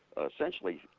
essentially